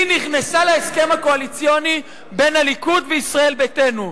היא נכנסה להסכם הקואליציוני בין הליכוד וישראל ביתנו.